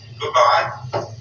Goodbye